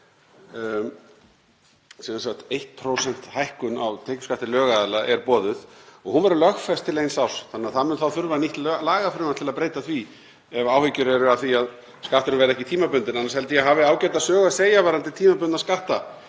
tímabundin 1% hækkun á tekjuskatti lögaðila er boðuð og hún verður lögfest til eins árs þannig að það mun þá þurfa nýtt lagafrumvarp til að breyta því ef áhyggjur eru af því að skatturinn verði ekki tímabundinn. Annars held ég að ég hafi ágæta sögu að segja varðandi tímabundna skatta.